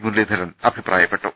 മുരളീധരൻ അഭി പ്രായപ്പെട്ടു